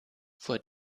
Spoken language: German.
vor